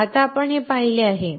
आता आपण हे पाहिले आहे